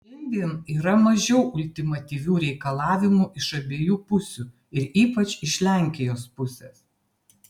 šiandien yra mažiau ultimatyvių reikalavimų iš abiejų pusių ir ypač iš lenkijos pusės